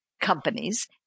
Companies